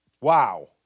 Wow